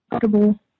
comfortable